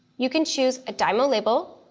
you can choose a dymo label,